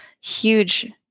huge